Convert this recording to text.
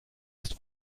ist